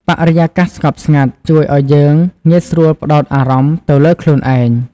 បរិយាកាសស្ងប់ស្ងាត់ជួយឲ្យយើងងាយស្រួលផ្ដោតអារម្មណ៍ទៅលើខ្លួនឯង។